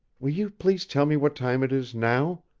will you please tell me what time it is now?